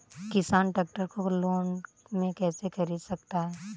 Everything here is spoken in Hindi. किसान ट्रैक्टर को लोन में कैसे ख़रीद सकता है?